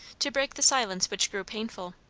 to break the silence which grew painful.